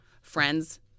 friends